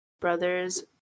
brother's